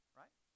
right